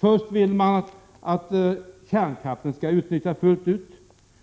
Först vill man att kärnkraften skall utnyttjas fullt ut och